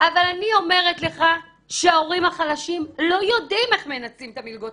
אבל אני אומרת לך שההורים החלשים לא יודעים איך מנצלים את המלגות,